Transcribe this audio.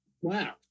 Wow